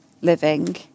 living